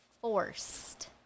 forced